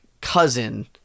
cousin